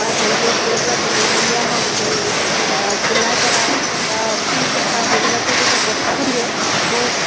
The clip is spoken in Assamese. বা এন জি অ'ৰ ফালৰপৰা বিনামূলীয়া হওক চিলাই কৰা কিবা উল গোঁঠা সেইবিলাকৰ যেতিয়া প্ৰশিক্ষণ দিয়ে মই